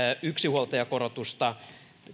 yksinhuoltajakorotusta